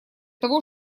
того